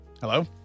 Hello